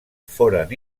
foren